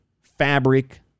fabric